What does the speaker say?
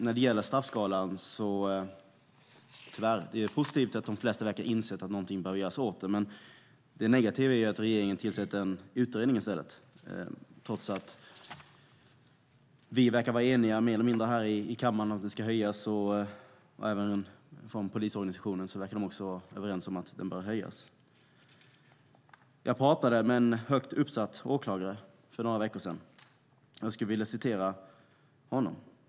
När det gäller straffskalan är det positivt att de flesta verkar ha insett att någonting bör göras, men det negativa är att regeringen i stället tillsätter en utredning, trots att vi här i kammaren verkar vara mer eller mindre eniga om att straffet ska höjas. Även från polisorganisationen verkar de vara överens om att det bör höjas. Jag pratade med en högt uppsatt åklagare för några veckor sedan, och jag skulle vilja citera honom.